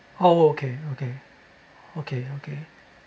okay oh okay okay okay okay